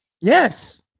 Yes